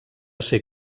ser